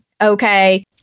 okay